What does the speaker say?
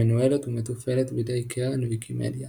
המנוהלת ומתופעלת בידי קרן ויקימדיה.